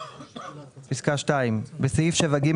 בסעיף 7(ג),